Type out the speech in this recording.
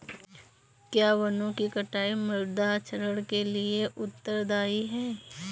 क्या वनों की कटाई मृदा क्षरण के लिए उत्तरदायी है?